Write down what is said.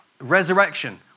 resurrection